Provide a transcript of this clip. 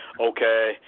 okay